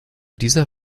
dieser